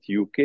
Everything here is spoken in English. UK